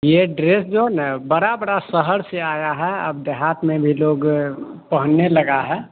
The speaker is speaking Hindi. यह ड्रेस जो है न बड़े बड़े शहर से आया है अब देहात में भी लोग पहनने लगा है